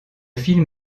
film